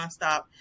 nonstop